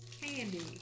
Candy